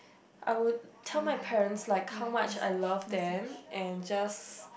I would tell my parents like how much I love them and just